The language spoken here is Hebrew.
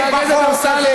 בכל פעם אתה בא ומטיף מוסר,